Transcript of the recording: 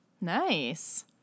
Nice